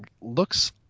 looks